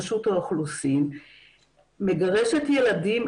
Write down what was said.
ראשות האוכלוסין מגרשת ילדים,